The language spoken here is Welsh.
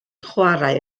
chwarae